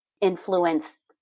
influence